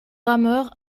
rameurs